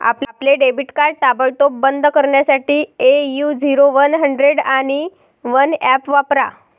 आपले debit card ताबडतोब बंद करण्यासाठी ए.यू झिरो वन हंड्रेड आणि वन ऍप वापरा